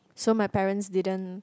so my parents didn't